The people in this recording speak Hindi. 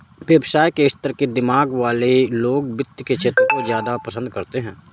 व्यवसाय के स्तर के दिमाग वाले लोग वित्त के क्षेत्र को ज्यादा पसन्द करते हैं